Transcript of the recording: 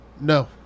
no